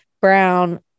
brown